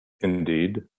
Indeed